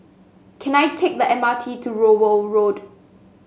can I take the M R T to Rowell Road